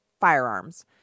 firearms